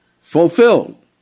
Fulfilled